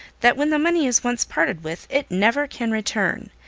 that when the money is once parted with, it never can return.